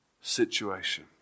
situation